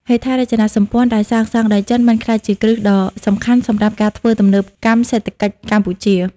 ហេដ្ឋារចនាសម្ព័ន្ធដែលសាងសង់ដោយចិនបានក្លាយជាគ្រឹះដ៏សំខាន់សម្រាប់ការធ្វើទំនើបកម្មសេដ្ឋកិច្ចកម្ពុជា។